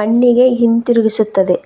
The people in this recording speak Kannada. ಮಣ್ಣಿಗೆ ಹಿಂತಿರುಗಿಸುತ್ತದೆ